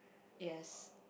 yes